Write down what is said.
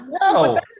No